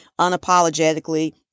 unapologetically